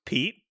Pete